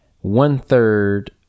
one-third